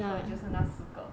所以就是那四个